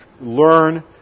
learn